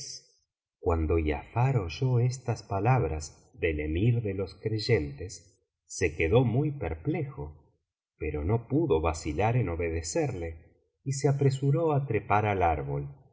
cuando giafar oyó estas palabras del emir de los creyentes se quedó muy perplejo pero no pudo vacilar en obedecerle y se apresuró á trepar al árbol